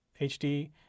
HD